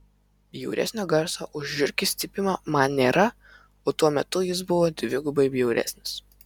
bjauresnio garso už žiurkės cypimą man nėra o tuo metu jis buvo dvigubai bjauresnis